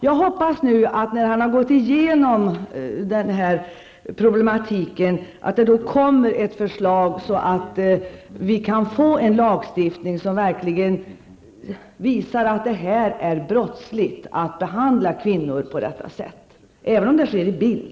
Jag hoppas att han när han har gått igenom detta problem kommer med ett förslag till lagstiftning som verkligen visar att det är brottsligt att behandla kvinnor på detta sätt -- även om det bara är på bild.